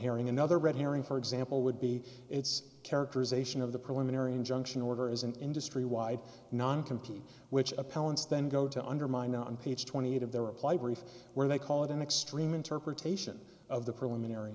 herring another red herring for example would be its characterization of the preliminary injunction order is an industry wide non compete which appellants then go to undermine on page twenty eight of their reply brief where they call it an extreme interpretation of the preliminary